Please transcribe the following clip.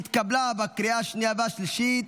התקבלה בקריאה השנייה והשלישית